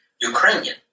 Ukrainian